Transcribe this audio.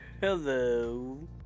Hello